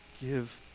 give